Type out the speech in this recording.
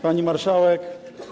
Pani Marszałek!